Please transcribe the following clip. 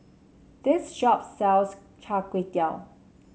this shop sells Char Kway Teow